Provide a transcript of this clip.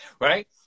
right